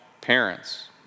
parents